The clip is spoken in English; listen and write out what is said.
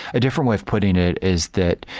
a different way of putting it is that,